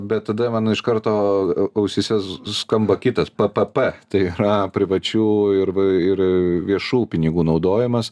bet tada man iš karto ausyse skamba kitas ppp tai yra privačių ir v ir viešų pinigų naudojimas